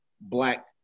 black